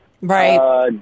Right